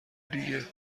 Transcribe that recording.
دیگه